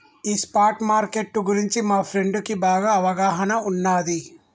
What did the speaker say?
ఈ spot market గురించి మా ఫ్రెండుకి బాగా అవగాహన ఉన్నాది